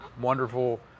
wonderful